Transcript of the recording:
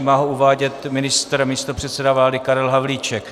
Má ho uvádět ministr a místopředseda vlády Karel Havlíček.